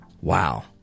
Wow